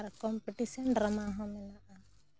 ᱟᱨ competition drama ᱦᱚᱸ ᱢᱮᱱᱟᱜᱼᱟ